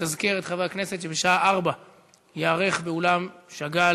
לתזכר את חברי הכנסת שבשעה 16:00 ייערך באולם שאגאל